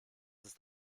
ist